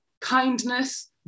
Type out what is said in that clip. kindness